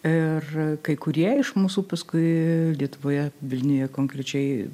ir kai kurie iš mūsų paskui lietuvoje vilniuje konkrečiai